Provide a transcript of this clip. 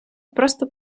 просто